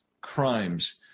crimes